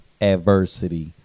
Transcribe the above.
adversity